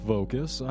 focus